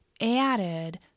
added